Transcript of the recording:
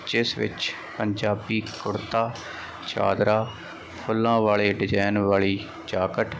ਜਿਸ ਵਿੱਚ ਪੰਜਾਬੀ ਕੁੜਤਾ ਚਾਦਰਾ ਫੁੱਲਾਂ ਵਾਲੇ ਡਿਜਾਇਨ ਵਾਲੀ ਜਾਕਟ